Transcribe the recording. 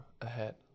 ahead